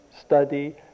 study